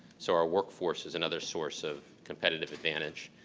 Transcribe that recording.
so our workforce is another source of competitive advantage.